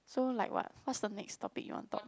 so like what what's the next topic you want to talk